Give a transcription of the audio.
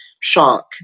shock